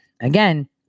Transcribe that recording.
again